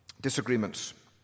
disagreements